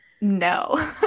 No